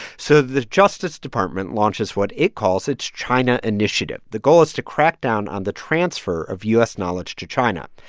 so the justice department launches what it calls its china initiative. the goal is to crack down on the transfer of u s. knowledge to china.